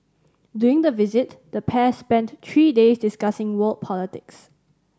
during the visit the pair spent three days discussing world politics